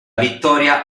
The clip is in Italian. vittoria